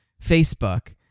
Facebook